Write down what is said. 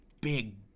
big